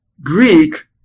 Greek